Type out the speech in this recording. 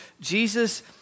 Jesus